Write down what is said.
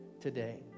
today